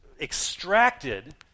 extracted